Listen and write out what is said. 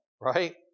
right